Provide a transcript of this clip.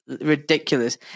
ridiculous